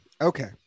Okay